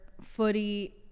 footy